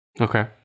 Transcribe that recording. Okay